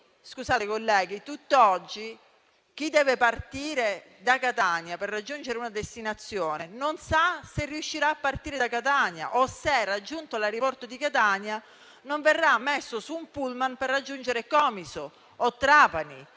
colleghi, chi deve partire da Catania per raggiungere una destinazione non sa se riuscirà a partire da Catania o se, raggiunto l'aeroporto di Catania, non verrà messo su un pullman per raggiungere Comiso o Trapani